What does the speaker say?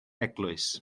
eglwys